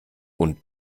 und